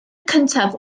cyntaf